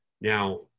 Now